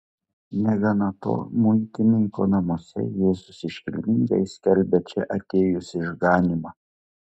negana to muitininko namuose jėzus iškilmingai skelbia čia atėjus išganymą